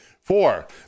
Four